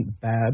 bad